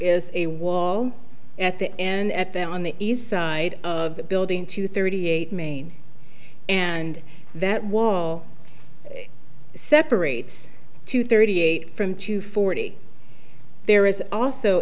is a wall at the end at the on the east side of the building to thirty eight main and that wall separates two thirty eight from two forty there is also